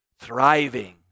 thriving